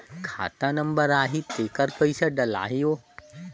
खाता नंबर आही तेकर पइसा डलहीओ?